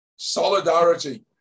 solidarity